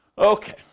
Okay